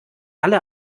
alle